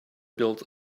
built